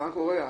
מה קורה?